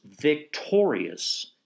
victorious